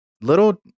little